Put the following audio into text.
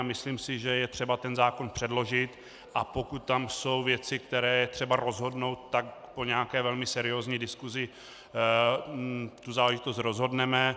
Myslím si, že je třeba ten zákon předložit, a pokud tam jsou věci, které je třeba rozhodnout, tak po nějaké velmi seriózní diskusi tu záležitost rozhodneme.